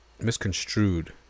misconstrued